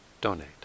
donate